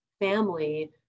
family